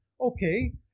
Okay